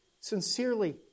sincerely